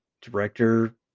director